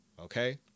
Okay